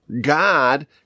God